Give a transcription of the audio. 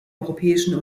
europäischen